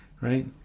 Right